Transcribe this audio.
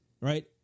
Right